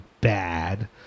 bad